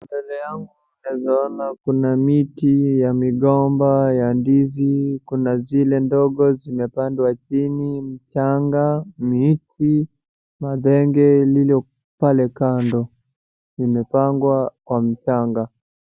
Mbele yangu naweza ona kuna miti ya migomba ya ndizi, kuna zile ndogo zimepandwa chini, mchanga, miti na ndege lilo pale kando. Imepangwa kwa mchanga.